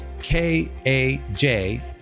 K-A-J